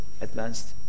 advanced